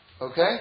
Okay